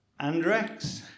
Andrex